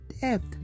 depth